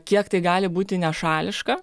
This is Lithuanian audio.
kiek tai gali būti nešališka